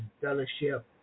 fellowship